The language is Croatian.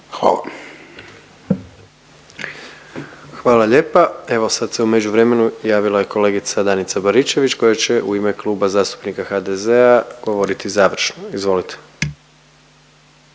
(HDZ)** Hvala lijepa. Evo sad se u međuvremenu javila i kolegica Danica Baričević koja će u ime Kluba zastupnika HDZ-a govoriti završno. Izvolite.